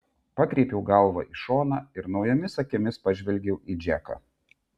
pakreipiau galvą į šoną ir naujomis akimis pažvelgiau į džeką